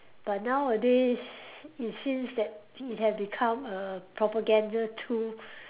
but nowadays it seems that it had become a propaganda tool